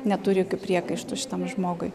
neturi jokių priekaištų šitam žmogui